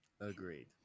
Agreed